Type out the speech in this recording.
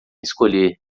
escolher